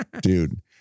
Dude